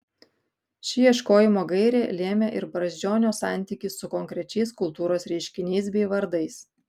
ši ieškojimo gairė lėmė ir brazdžionio santykį su konkrečiais kultūros reiškiniais bei vardais